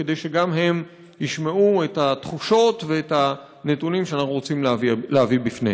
כדי שגם הם ישמעו את התחושות ואת הנתונים שאנחנו רוצים להביא בפניהם.